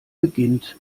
beginnt